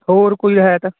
ਹੋਰ ਕੋਈ ਹੈ ਤਾਂ